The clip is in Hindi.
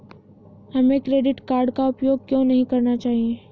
हमें क्रेडिट कार्ड का उपयोग क्यों नहीं करना चाहिए?